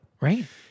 Right